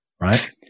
right